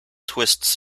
twists